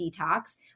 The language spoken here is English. detox